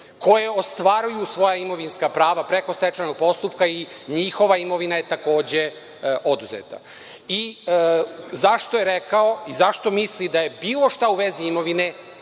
koje ostvaruju svoja imovinska prava preko stečajnog postupka i njihova imovina je takođe oduzeta. I, zašto je rekao i zašto misli da je bilo šta u vezi imovine